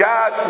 God